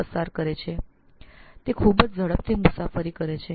પ્રકાશ ખૂબ જ ઝડપથી પ્રવાસ કરે છે